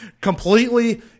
completely